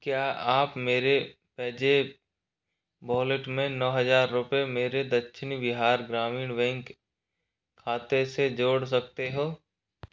क्या आप मेरे पेजेप वॉलेट में नौ हजार रुपए मेरे दक्षिण बिहार ग्रामीण बैंक खाते से जोड़ सकते हो